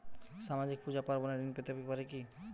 সামাজিক পূজা পার্বণে ঋণ পেতে পারে কি?